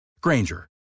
Granger